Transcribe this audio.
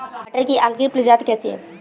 मटर की अर्किल प्रजाति कैसी है?